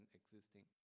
existing